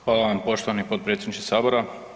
Hvala vam poštovani potpredsjedniče Sabora.